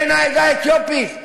בן העדה האתיופית,